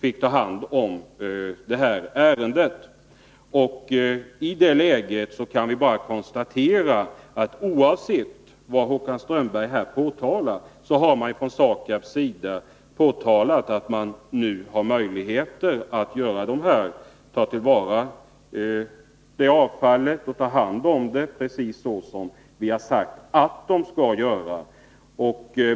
I detta läge kan vi bara konstatera att SAKAB, oavsett vad Håkan Strömberg påstår, har förklarat att företaget nu har möjlighet att ta hand om miljöfarligt avfall från kommunerna precis så som vi har sagt att SAKAB skall göra.